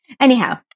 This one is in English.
Anyhow